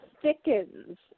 thickens